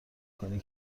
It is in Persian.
کنی